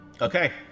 Okay